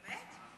באמת?